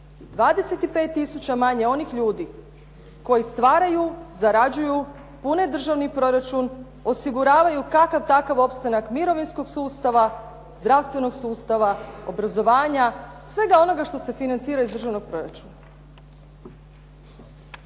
25 000 manje onih ljudi koji stvaraju, zarađuju, pune državni proračun, osiguravaju kakav takav opstanak mirovinskog sustava, zdravstvenog sustava, obrazovanja, svega onoga što se financira iz državnog proračuna.